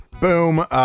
boom